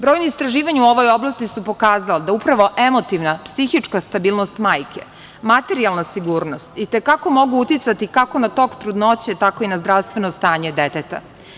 Brojna istraživanja u ovoj oblasti su pokazala da upravo emotivna, psihička stabilnost majke, materijalna sigurnost i te kako mogu uticati kako na tok trudnoće, tako i na zdravstveno stanje deteta.